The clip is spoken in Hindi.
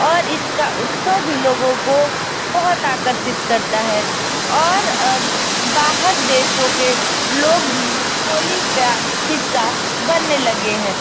और इसका उत्सव भी लोगों को बहुत आकर्षित करता है और बाहर देशों के लोग भी होली का हिस्सा बनने लगे हैं